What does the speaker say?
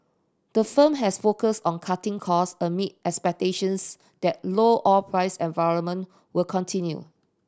the firm has focused on cutting cost amid expectations that low oil price environment will continue